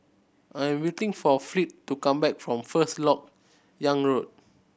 I'm waiting for Fleet to come back from First Lok Yang Road